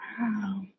wow